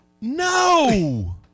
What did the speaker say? No